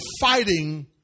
fighting